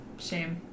shame